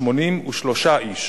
83 איש